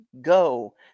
go